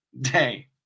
day